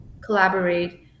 collaborate